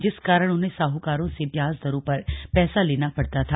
जिस कारण उन्हें साहूकारों से ब्याज दरों पर पैसा लेना पड़ता था